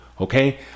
Okay